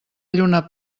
lluna